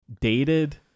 dated